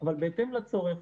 אבל בהתאם לצורך.